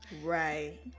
Right